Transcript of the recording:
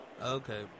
Okay